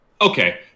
Okay